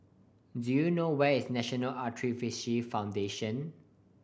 do you know where is National Arthritis Foundation